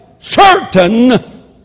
Certain